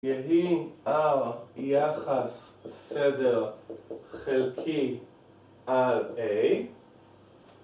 יהי R יחס סדר חלקי על A